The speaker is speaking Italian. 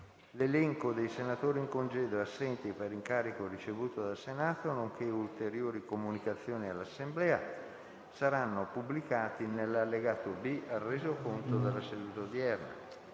L'elenco dei senatori in congedo e assenti per incarico ricevuto dal Senato, nonché ulteriori comunicazioni all'Assemblea saranno pubblicati nell'allegato B al Resoconto della seduta odierna.